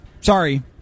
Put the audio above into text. sorry